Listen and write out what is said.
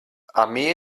armee